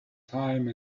time